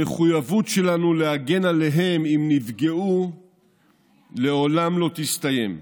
המחויבות שלנו להגן עליהם אם נפגעו לעולם לא תסתיים.